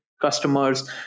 customers